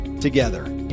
together